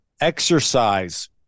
exercise